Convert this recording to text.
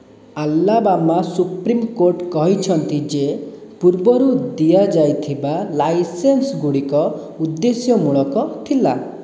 Alabama supreme court କହିଛନ୍ତି ଯେ ପୂର୍ବରୁ ଦିଆଯାଇଥିବା ଲାଇସେନ୍ସ ଗୁଡ଼ିକ ଉଦ୍ଦେଶ୍ୟମୂଳକ ଥିଲା